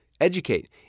Educate